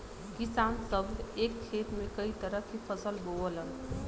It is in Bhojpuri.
किसान सभ एक खेत में कई तरह के फसल बोवलन